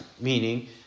meaning